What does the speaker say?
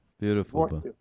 beautiful